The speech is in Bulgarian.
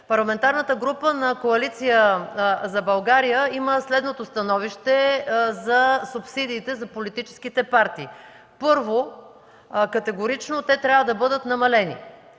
Парламентарната група на Коалиция за България има следното становище за субсидиите за политическите партии. Първо, категорично те трябва да бъдат намалени.